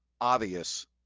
obvious